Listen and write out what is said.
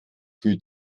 fühle